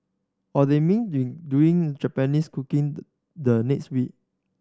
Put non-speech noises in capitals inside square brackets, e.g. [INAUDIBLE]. or they may [UNINTELLIGIBLE] doing Japanese cooking [UNINTELLIGIBLE] the next week